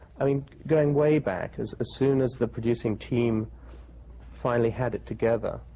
i mean, going way back, as soon as the producing team finally had it together,